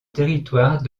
territoire